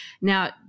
now